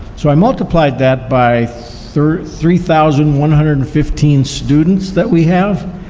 so i multiplied that by three three thousand one hundred and fifteen students that we have,